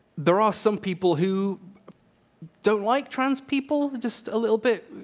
there are some people who don't like trans people just a little bit?